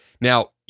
Now